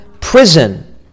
prison